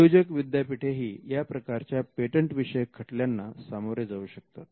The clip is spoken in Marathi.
उद्योजक विद्यापीठेही या प्रकारच्या पेटंट विषयक खटल्यांना सामोरे जाऊ शकतात